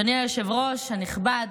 אדוני היושב-ראש הנכבד,